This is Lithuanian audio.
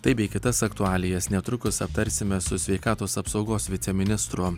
tai bei kitas aktualijas netrukus aptarsime su sveikatos apsaugos viceministru